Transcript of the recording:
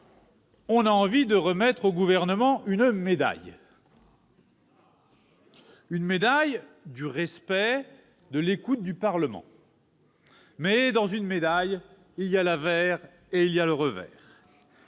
on a envie de remettre au Gouvernement une médaille ... Oui, la médaille du respect de l'écoute du Parlement. Dans une médaille, il y a l'avers et le revers.